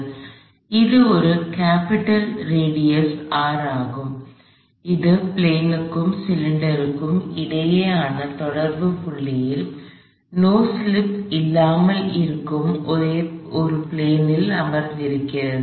எனவே இது capital radius R ஆகும் இது பிளேனுக்கும் சிலிண்டருக்கும் இடையேயான தொடர்புப் புள்ளியில் நோ ஸ்லிப் இல்லாமல் இருக்கும் ஒரு பிளேன் ல் அமர்ந்திருக்கிறது